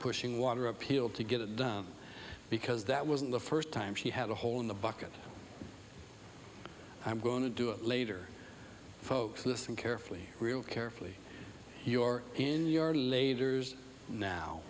pushing water appeal to get it because that wasn't the first time she had a hole in the bucket i'm going to do it later folks listen carefully real carefully your in your later years now